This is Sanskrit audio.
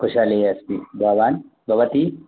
कुशलः अस्मि भवान् भवती